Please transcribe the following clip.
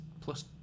plus